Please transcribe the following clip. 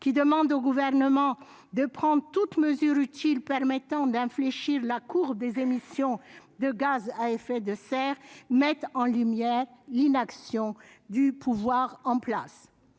qui demande au Gouvernement de « prendre toutes mesures utiles permettant d'infléchir la courbe des émissions de gaz à effet de serre », mettent en lumière l'inaction du pouvoir en place.